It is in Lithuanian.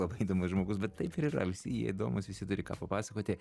labai įdomus žmogus bet taip ir yra visi jie įdomūs visi turi ką papasakoti